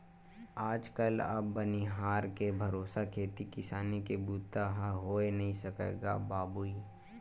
आज कल अब बनिहार के भरोसा खेती किसानी के बूता ह होय नइ सकय गा बाबूय